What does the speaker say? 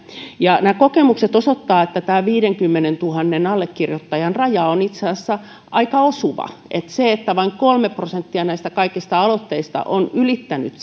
nämä kokemukset osoittavat että tämä viidenkymmenentuhannen allekirjoittajan raja on itse asiassa aika osuva se että vain kolme prosenttia näistä kaikista aloitteista on ylittänyt